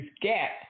get